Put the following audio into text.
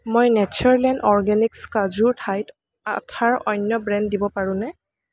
মই natural and organics কাজুৰ ঠাইত আঠাৰ অন্য ব্ৰেণ্ড দিব পাৰোঁনে